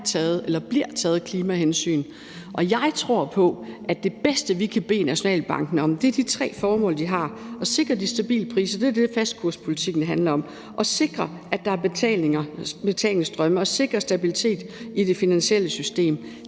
eller bliver taget klimahensyn. Og jeg tror på, at det bedste, vi kan bede Nationalbanken om, er at leve op til de tre formål, de har: at sikre de stabile priser – det er det, fastkurspolitikken handler om – at sikre, at der er betalingsstrømme, og at sikre stabilitet i det finansielle system.